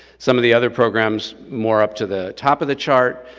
some of the other programs more up to the top of the chart,